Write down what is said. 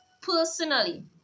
personally